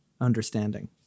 understanding